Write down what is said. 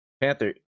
Panther